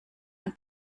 ein